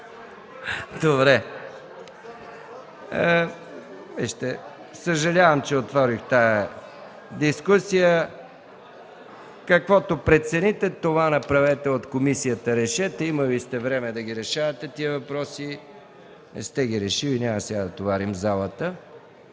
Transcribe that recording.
Добре. Съжалявам, че отворих тази дискусия. Каквото прецените, това направете в комисията. Решете. Имали сте време да решавате тези въпроси, не сте ги решили, да не товарим сега залата.